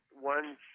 one